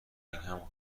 اینم